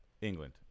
England